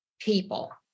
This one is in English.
people